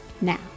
now